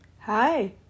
Hi